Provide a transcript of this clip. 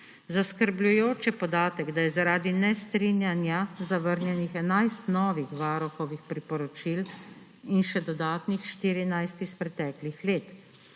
Zaskrbljujoč je podatek, da je zaradi nestrinjanja zavrnjenih 11 novih varuhovih priporočil in še dodatnih 14 iz preteklih let.